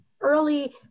early